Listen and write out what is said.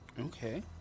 Okay